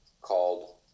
called